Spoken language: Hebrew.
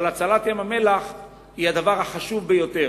אבל הצלת ים-המלח היא הדבר החשוב ביותר.